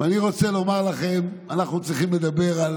אני רוצה לומר לכם שאנחנו צריכים לדבר על